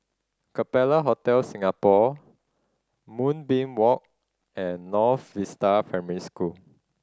Capella Hotel Singapore Moonbeam Walk and North Vista Primary School